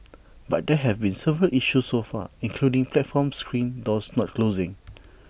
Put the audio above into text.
but there have been several issues so far including platform screen doors not closing